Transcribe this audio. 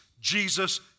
Jesus